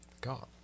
God